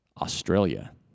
Australia